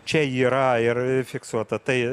čia yra ir fiksuota tai